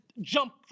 Jump